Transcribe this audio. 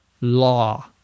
Law